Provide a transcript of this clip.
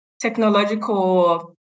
technological